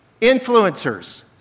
Influencers